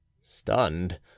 stunned